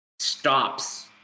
stops